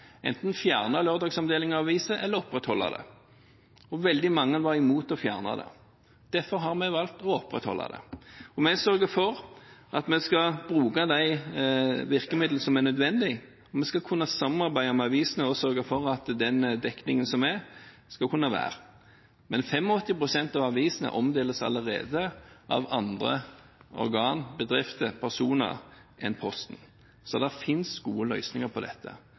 enten å fjerne lørdagsomdelingen av aviser eller opprettholde den. Veldig mange var imot å fjerne den. Derfor har vi valgt å opprettholde den. Vi sørger for å bruke de virkemidler som er nødvendig, og vi skal kunne samarbeide med avisene og sørge for at den dekningen som er, fortsetter. Men 85 pst. av avisene omdeles allerede av andre organ, bedrifter og personer enn Posten, så det finnes gode løsninger på dette.